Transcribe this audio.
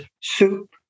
soup